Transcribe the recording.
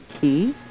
key